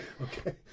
Okay